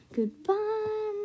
Goodbye